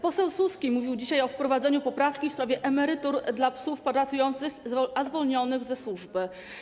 Poseł Suski mówił dzisiaj o wprowadzeniu poprawki w sprawie emerytur dla pracujących psów zwolnionych ze służby.